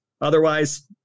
otherwise